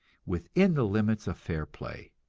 within the limits of fair play.